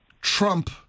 trump